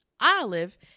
Olive